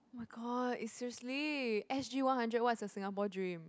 oh my god it's seriously s_g one hundred what is the Singapore dream